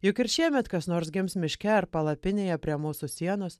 juk ir šiemet kas nors gims miške ar palapinėje prie mūsų sienos